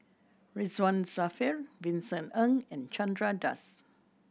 Ridzwan Dzafir Vincent Ng and Chandra Das